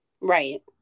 Right